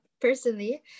personally